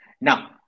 Now